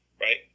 right